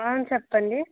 చెప్పండి